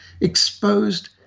exposed